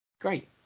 Great